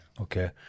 Okay